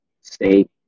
state